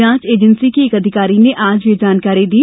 जांच एजेंसी के एक अधिकारी ने आज यह जानकारी दी